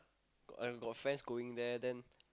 got uh got fans going there then